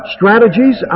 Strategies